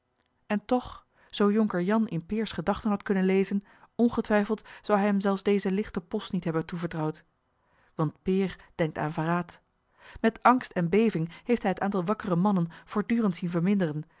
en toch zoo jonker jan in peers gedachten had kunnen lezen ongetwijfeld zou hij hem zelfs dezen lichten post niet hebben toevertrouwd want peer denkt aan verraad met angst en beving heeft hij het aantal wakkere mannen voortdurend zien verminderen